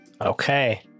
okay